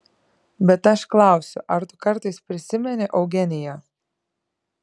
bet aš klausiu ar tu kartais prisimeni eugeniją